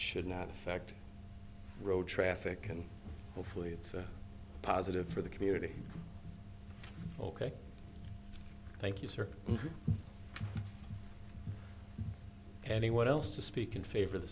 should not affect road traffic and hopefully it's a positive for the community ok thank you sir anyone else to speak in favor of the